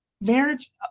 Marriage